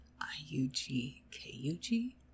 I-U-G-K-U-G